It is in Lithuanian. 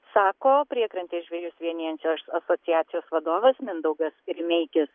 sako priekrantės žvejus vienijančios asociacijos vadovas mindaugas rimeikis